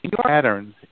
patterns